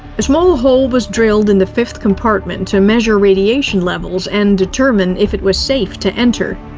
a small hole was drilled in the fifth compartment to measure radiation levels and determine if it was safe to enter.